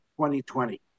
2020